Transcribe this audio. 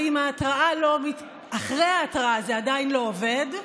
ואם אחרי ההתראה זה עדיין לא עובד,